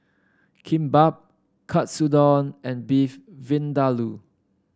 Kimbap Katsudon and Beef Vindaloo